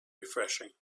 refreshing